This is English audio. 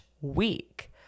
week